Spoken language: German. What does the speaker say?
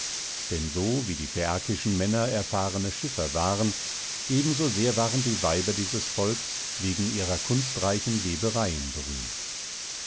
denn so wie die phäakischen männer erfahrene schiffer waren ebenso sehr waren die weiber dieses volks wegen ihrer kunstreichen webereien berühmt